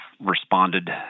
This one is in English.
responded